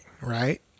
right